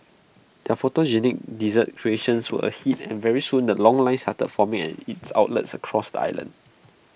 their photogenic dessert creations were A hit and very soon the long lines started forming at its outlets across the island